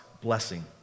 blessing